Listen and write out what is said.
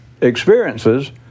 experiences